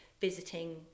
visiting